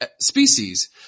species